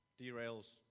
derails